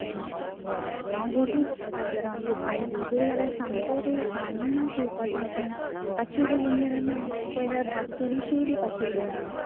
हय हांव गेल्लें गो बाजारान घेवपा आयज पळय जाल्यार सामको रेट कांय ना घेवपा सारकें पांचशी रुपया घेवन गेलोलें पळय जाल्यार भाजी थोडी शी आयली पांचशी रुपयां